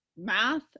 Math